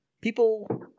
people